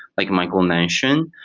like michael mentioned.